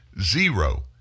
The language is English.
zero